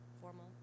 Formal